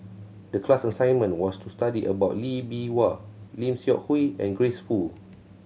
the class assignment was to study about Lee Bee Wah Lim Seok Hui and Grace Fu